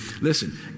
Listen